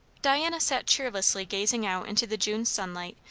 diana sat cheerlessly gazing out into the june sunlight,